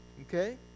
Okay